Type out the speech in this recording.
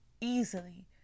easily